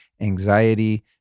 anxiety